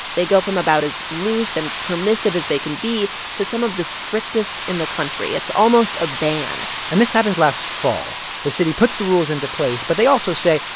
they go from about as loose and permissive as they can be to some of the strictest in the country. it's almost a ban and this happens last fall. the city puts the rules into place, but they also say,